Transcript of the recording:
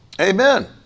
Amen